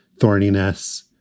thorniness